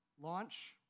launch